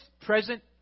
present